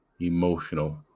emotional